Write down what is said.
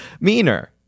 Meaner